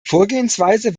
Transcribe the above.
vorgehensweise